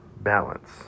balance